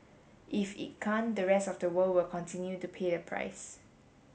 if it can't the rest of the world will continue to pray the price